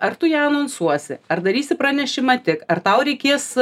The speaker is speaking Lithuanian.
ar tu ją anonsuosi ar darysi pranešimą tik ar tau reikės